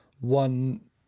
one